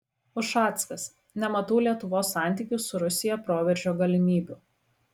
ušackas nematau lietuvos santykių su rusija proveržio galimybių